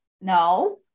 no